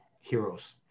heroes